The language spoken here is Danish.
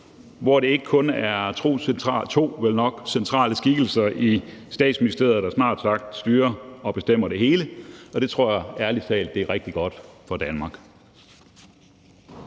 hvor det ikke kun er to centrale skikkelser i Statsministeriet, der snart sagt styrer og bestemmer det hele. Det tror jeg ærlig talt er rigtig godt for Danmark.